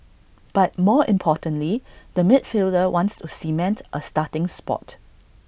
but more importantly the midfielder wants to cement A starting spot